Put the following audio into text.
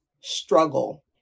struggle